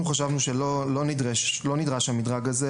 אנחנו חשבנו שלא נדרש המדרג הזה,